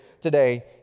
today